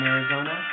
Arizona